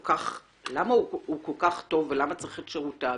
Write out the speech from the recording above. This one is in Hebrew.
למה הוא כל כך טוב ולמה נזקקים לשירותיו?